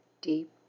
deep